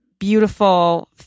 Beautiful